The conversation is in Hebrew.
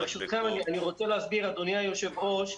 ברשותכם, אני רוצה להסביר, אדוני היושב-ראש.